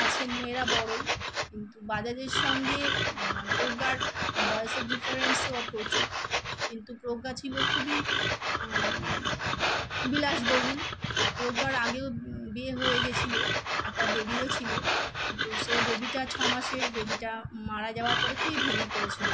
আছে মেয়েরা বড়ই কিন্তু বাজাজের সঙ্গে প্রজ্ঞার বয়সের ডিফারেন্সও প্রচুর কিন্তু প্রজ্ঞা ছিল খুবই বিলাসবহুল আর প্রজ্ঞার আগেও বিয়ে হয়ে গেছিল একটা বেবিও ছিল তো সেই বেবিটা ছমাসের বেবিটা মারা যাওয়ার পরে খুবই ভেঙ্গে পড়েছিল